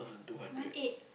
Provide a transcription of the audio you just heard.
one eight